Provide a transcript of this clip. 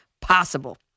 possible